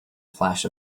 flash